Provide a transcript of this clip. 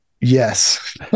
yes